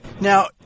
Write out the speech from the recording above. Now